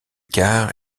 quarts